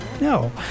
No